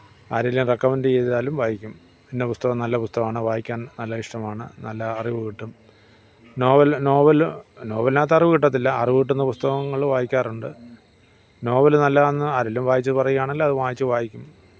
ആരെങ്കിലും റെക്കമെന്റ് ചെയ്താലും വായിക്കും ഇന്ന പുസ്തകം നല്ല പുസ്തകമാണ് വായിക്കാന് നല്ല ഇഷ്ടമാണ് നല്ല അറിവ് കിട്ടും നോവല് നോവല് നോവലിനകത്ത് അറിവ് കിട്ടത്തില്ല അറിവ് കിട്ടുന്ന പുസ്തകങ്ങൾ വായിക്കാറുണ്ട് നോവല് നല്ലതാണെന്ന് ആരെങ്കിലും വായിച്ച് പറയുകയാണെങ്കിൽ അത് വാങ്ങിച്ച് വായിക്കും